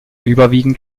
überwiegend